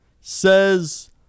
says